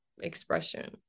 expression